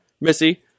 Missy